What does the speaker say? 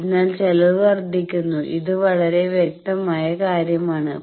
അതിനാൽ ചെലവ് വർദ്ധിക്കുന്നു ഇത് വളരെ വ്യക്തമായ കാര്യം ആണ്